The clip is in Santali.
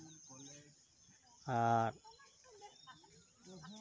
ᱟᱨ